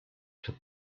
przed